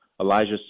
Elijah